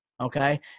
okay